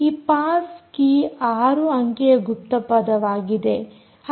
ಈ pass key 6 ಅಂಕೆಯ ಗುಪ್ತಪದವಾಗಿದೆ